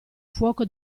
fuoco